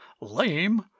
Lame